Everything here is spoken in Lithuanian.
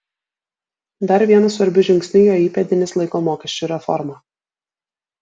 dar vienu svarbiu žingsniu jo įpėdinis laiko mokesčių reformą